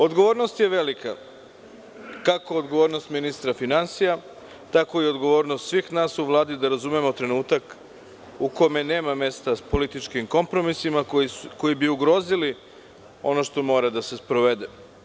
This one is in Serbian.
Odgovornost je velika, kako odgovornost ministra finansija, tako i odgovornost svih nas u Vladi da razumemo trenutak u kome nema mesta političkim kompromisima, koji bi ugrozili ono što mora da se sprovede.